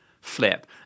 flip